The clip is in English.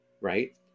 right